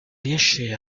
riesce